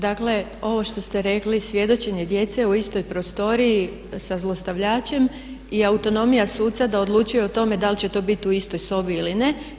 Dakle, ovo što ste rekli svjedočenje djece u istoj prostoriji sa zlostavljačem je autonomija suca da odlučuje o tome da li će to biti u istoj sobi ili ne.